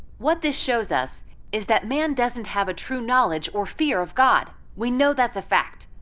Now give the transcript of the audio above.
what this shows us is that man doesn't have a true knowledge or fear of god. we know that's a fact.